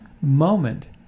moment